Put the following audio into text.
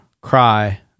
cry